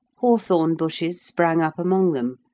hawthorn bushes sprang up among them,